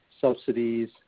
subsidies